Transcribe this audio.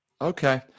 Okay